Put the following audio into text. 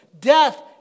Death